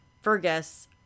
fergus